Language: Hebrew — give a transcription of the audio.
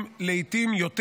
ולעיתים יותר.